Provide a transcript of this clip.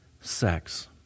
sex